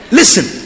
listen